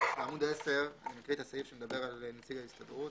בעמוד 10 אני מקריא את הסעיף שמדבר על נציג ההסתדרות.